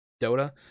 Dota